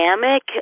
dynamic